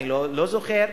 אני לא זוכר,